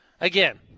Again